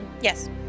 Yes